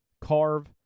carve